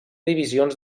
divisions